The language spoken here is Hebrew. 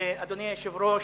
אדוני היושב-ראש,